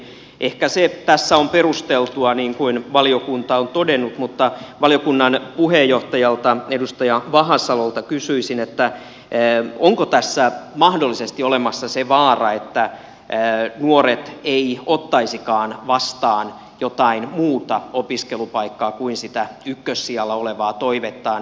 ehkä se tässä on perusteltua niin kuin valiokunta on todennut mutta valiokunnan puheenjohtajalta edustaja vahasalolta kysyisin onko tässä mahdollisesti olemassa se vaara että nuoret eivät ottaisikaan vastaan jotain muuta opiskelupaikkaa kuin sitä ykkössijalla olevaa toivettaan